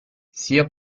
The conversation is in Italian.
sia